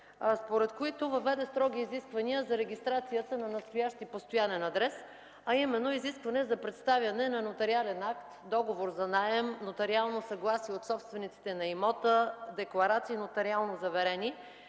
според които въведе строги изисквания за регистрацията на настоящ и постоянен адрес, а именно изисквания за представяне на нотариален акт, договор за наем, нотариално съгласие от собствениците на имота, нотариално заверени